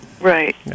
right